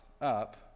up